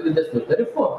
didesniu tarifu